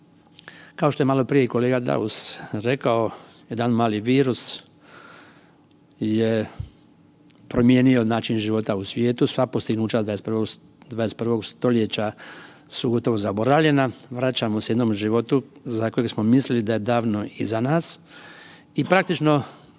kao što je maloprije i kolega Daus rekao, jedan mali virus je promijenio način života u svijetu, sva postignuća 21. st. su gotovo zaboravljena. Vraćamo se jednom životu za kojeg smo mislili da je davno iza nas i praktično